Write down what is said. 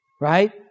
right